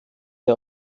der